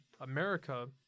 America